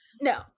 No